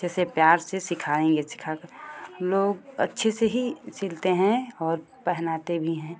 जैसे प्यार से सिखाएंगे सिखा कर लोग अच्छे से ही सिलते हैं और पहनाते भी हैं